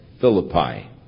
Philippi